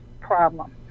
problem